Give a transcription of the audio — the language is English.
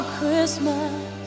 Christmas